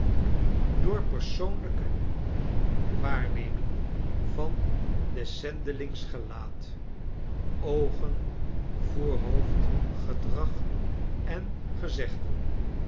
de wereld waarneming van des zendelings gelaat oogen voorhoofd gedrag en gezegden